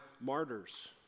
martyrs